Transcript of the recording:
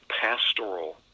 pastoral